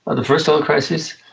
but the first oil crisis,